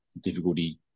difficulty